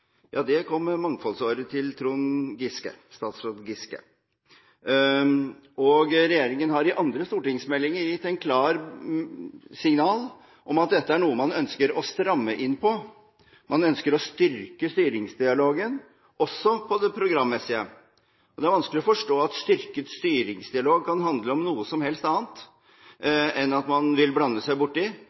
det med Mangfoldsåret til statsråd Trond Giske. Regjeringen har i andre stortingsmeldinger gitt et klart signal om at dette er noe man ønsker å stramme inn på. Man ønsker å styrke styringsdialogen også på det programmessige. Det er vanskelig å forstå at styrket styringsdialog kan handle om noe som helst annet enn at man vil blande seg